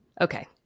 Okay